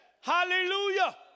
Hallelujah